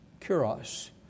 kuros